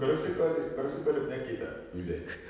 kau rasa kau ada kau rasa kau ada penyakit tak with that